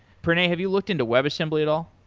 pranay, have you looked into web assembly at all?